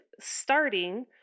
starting